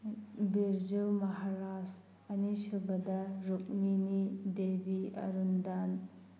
ꯕꯤꯔꯖꯨ ꯃꯍꯥꯔꯥꯖ ꯑꯅꯤꯁꯨꯕꯗ ꯔꯨꯛꯃꯤꯅꯤ ꯗꯦꯕꯤ ꯑꯔꯨꯟ ꯗꯥꯟ